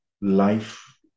life